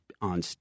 on